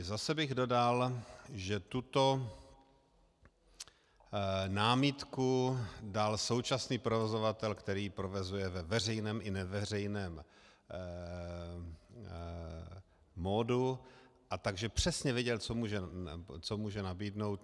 Zase bych dodal, že tuto námitku dal současný provozovatel, který provozuje ve veřejném i neveřejném modu, takže přesně věděl, co může nabídnout.